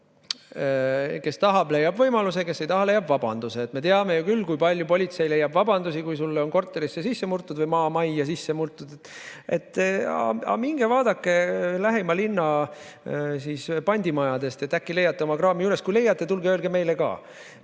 kes tahab, leiab võimaluse, kes ei taha, leiab vabanduse. Me teame ju küll, kui palju politsei leiab vabandusi, kui sulle on korterisse või maamajja sisse murtud: aga minge vaadake lähima linna pandimajadest, äkki leiate oma kraami üles, ja kui leiate, tulge ja öelge meile ka.